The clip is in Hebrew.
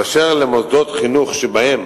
באשר למוסדות חינוך שבהם